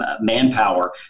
manpower